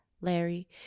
Larry